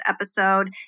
episode